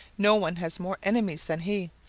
no one has more enemies than he,